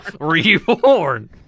reborn